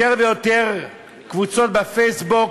יותר ויותר קבוצות בפייסבוק